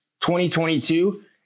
2022